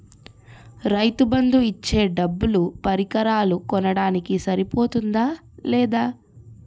రైతు బందు ఇచ్చే డబ్బులు పరికరాలు కొనడానికి సరిపోతుందా లేదా?